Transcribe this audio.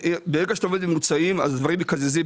ברגע שאתה עובד עם ממוצעים, הדברים מתקזזים.